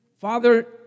Father